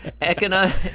economic